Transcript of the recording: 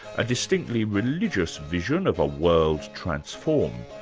a distinctly religious vision of a world transformed.